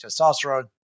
testosterone